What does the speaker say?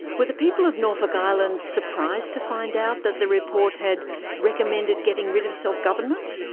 were the people of norfolk island surprised to find out that the report had recommended getting rid of self-government?